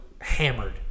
hammered